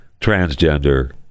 Transgender